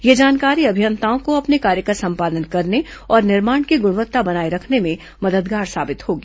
यह जानकारी अभियंताओं को अपने कार्य का संपादन करने और निर्माण की गुणवत्ता बनाए रखने में मददगार साबित होगी